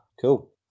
cool